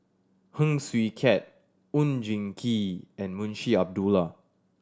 Heng Swee Keat Oon Jin Gee and Munshi Abdullah